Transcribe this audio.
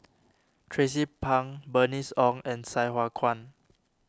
Tracie Pang Bernice Ong and Sai Hua Kuan